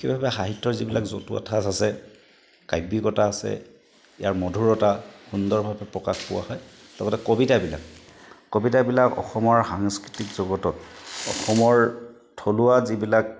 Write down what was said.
কিয়বা সাহিত্যৰ যিবিলাক জতুৱা ঠাচ আছে কাব্যিকতা আছে ইয়াৰ মধুৰতা সুন্দৰভাৱে প্ৰকাশ পোৱা হয় লগতে কবিতাবিলাক কবিতাবিলাক অসমৰ সাংস্কৃতিক জগতত অসমৰ থলুৱা যিবিলাক